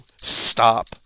stop